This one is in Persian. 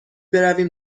برویم